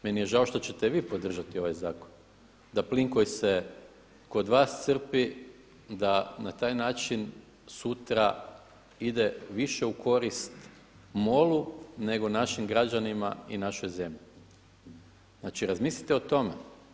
Meni je žao što ćete vi podržati ovaj zakon da plin koji se kod vas crpi da na taj način sutra ide više u korist MOL-u nego našim građanima i našoj zemlji, znači razmislite o tome.